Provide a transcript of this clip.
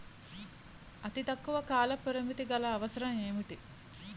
అతి తక్కువ కాల పరిమితి గల అవసరం ఏంటి